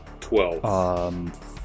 Twelve